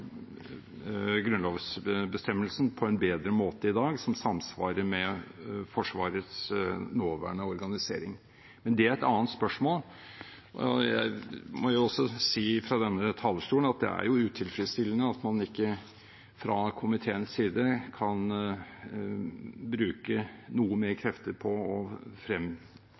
grunnlovsbestemmelsen på en bedre måte i dag, som samsvarer med Forsvarets nåværende organisering, men det er et annet spørsmål. Jeg må også si, fra denne talerstolen, at det er utilfredsstillende at man ikke fra komiteens side kan bruke noe mer krefter på å